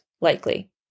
likely